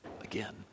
again